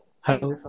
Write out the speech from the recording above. Hello